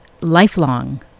lifelong